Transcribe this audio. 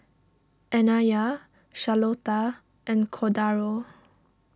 Anaya Charlotta and Cordaro